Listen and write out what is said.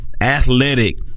athletic